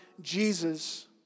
Jesus